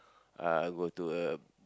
uh go to a